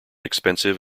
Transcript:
expensive